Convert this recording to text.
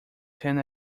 ten